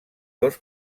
dos